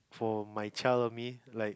for my child and me like